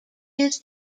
his